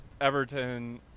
everton